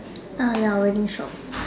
ah ya wedding shop